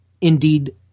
indeed